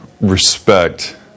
respect